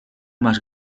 más